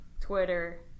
Twitter